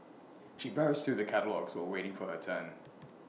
she browsed through the catalogues while waiting for her turn